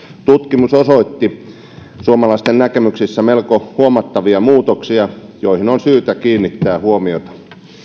tutkimus osoitti suomalaisten näkemyksissä melko huomattavia muutoksia joihin on syytä kiinnittää huomiota